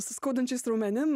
su skaudančiais raumenim